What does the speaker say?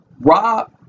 rob